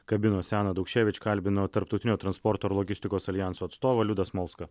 kabinose ana daukševič kalbino tarptautinio transporto ir logistikos aljanso atstovą liudą smolską